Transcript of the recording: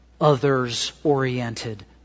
others-oriented